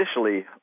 initially